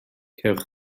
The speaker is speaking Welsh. cewch